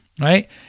Right